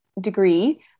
degree